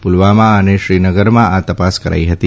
પુલવામા અને શ્રીનગરમાં આ તપાસ કરાઈ હતી